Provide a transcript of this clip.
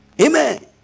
Amen